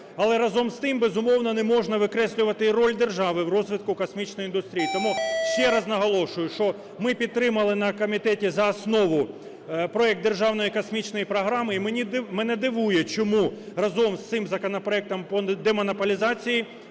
Але, разом з тим, безумовно, не можна викреслювати і роль держави у розвитку космічної індустрії. Тому ще раз наголошую, що ми підтримали на комітеті за основу проект державної космічної програми. І мене дивує, чому разом з цим законопроектом по демонополізації